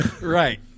Right